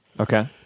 okay